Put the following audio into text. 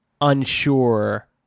unsure